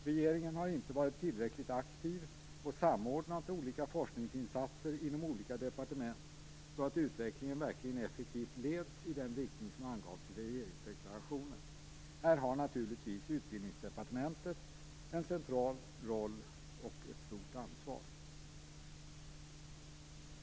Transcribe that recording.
Regeringen har inte varit tillräckligt aktiv och samordnat olika forskningsinsatser inom olika departement så att utvecklingen verkligen effektivt leds i den riktning som angavs i regeringsdeklarationen. Här har naturligtvis Utbildningsdepartementet en central roll och ett stort ansvar.